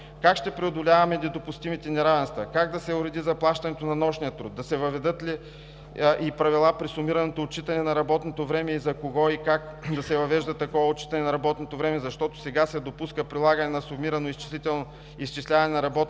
как ще преодоляваме недопустимите неравенства; как да се уреди заплащането на нощния труд – да се въведат ли и правила при сумираното отчитане на работното време, за кого и как да се въвежда такова отчитане на работното време, защото сега се допуска прилагане на сумирано изчисляване на работното време